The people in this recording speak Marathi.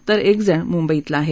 तर एक जण मुंबईतला आहे